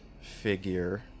figure